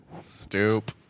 Stoop